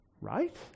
right